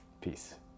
Peace